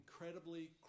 incredibly